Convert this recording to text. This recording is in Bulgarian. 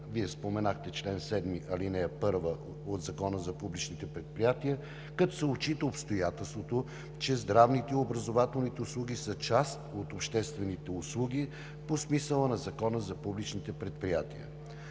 Вие споменахте чл. 7, ал. 1 от Закона за публичните предприятия, като се отчита обстоятелството, че здравните и образователни услуги са част от обществените услуги по смисъла на Закона за публичните предприятия.